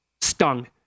stung